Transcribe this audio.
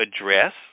address